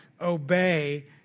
obey